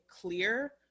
clear